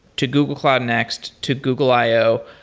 to google cloud next, to google i o,